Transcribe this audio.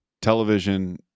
television